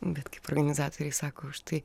bet kaip organizatoriai sako už štai